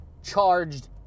Charged